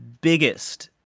biggest